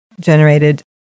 generated